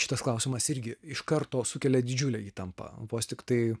šitas klausimas irgi iš karto sukelia didžiulę įtampą vos tiktai